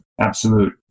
absolute